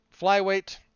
Flyweight